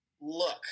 look